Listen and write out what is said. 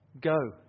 Go